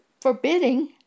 forbidding